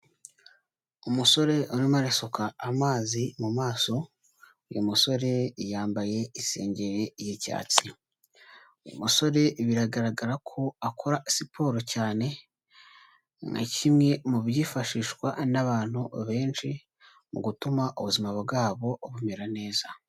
Umusore arimo arasuka amazi mu maso, uyu musore yambaye isengeri y'icyatsi. Uyu musore biragaragara ko akora siporo cyane nka kimwe mu byifashishwa n'abantu benshi mu gutuma ubuzima bwabo bumera neza.